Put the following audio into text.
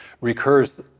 recurs